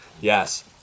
Yes